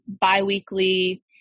bi-weekly